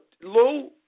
Low